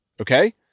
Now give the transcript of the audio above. Okay